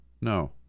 No